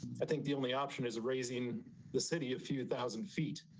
i think the only option is raising the city of few thousand feet.